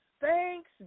Thanks